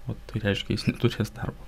o tai reiškia jis neturės darbo